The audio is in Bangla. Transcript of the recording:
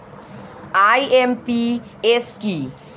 আই.এম.পি.এস কি?